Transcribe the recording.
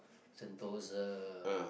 sentosa